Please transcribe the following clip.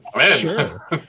Sure